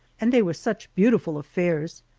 and they were such beautiful affairs,